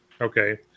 okay